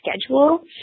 schedule